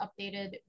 updated